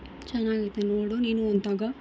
ಚೆನ್ನಾಗೈತೆ ನೋಡು ನೀನು ಒಂದು ತಗೋ